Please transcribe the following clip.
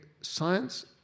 science